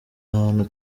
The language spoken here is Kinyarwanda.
hantu